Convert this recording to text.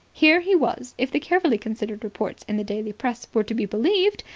here he was, if the carefully considered reports in the daily press were to be believed,